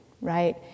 right